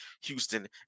Houston